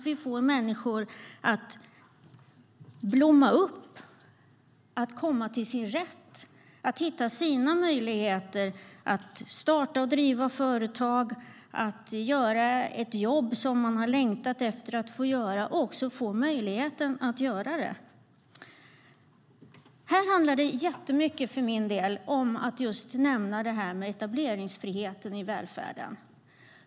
Vi får människor att blomma upp, komma till sin rätt och hitta möjligheter att starta och driva företag och att göra ett jobb som de har längtat efter att få göra. För min del handlar det jättemycket om etableringsfriheten i välfärden.